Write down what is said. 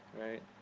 right